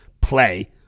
play